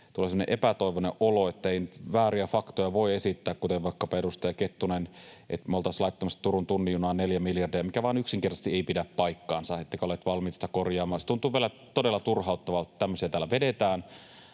epätoivoinen olo, että ei vääriä faktoja voi esittää, kuten vaikkapa edustaja Kettunen esitti, että me oltaisiin laittamassa Turun tunnin junaan 4 miljardia, mikä vain yksinkertaisesti ei pidä paikkaansa, ettekä ollut valmis sitä korjaamaan. Se tuntuu välillä todella turhauttavalta, että tämmöisiä täällä vedetään,